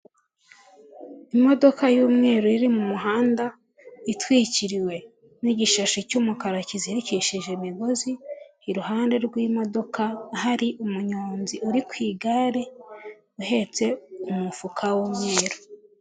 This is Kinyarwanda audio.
Imodoka y'umweru iri mumuhanda itwikiriwe n'igishashi cy'umukara kizirikishije imigozi iruhande rw'imodoka hari umunyonzi uri ku igare uhetse umufuka w'umweru.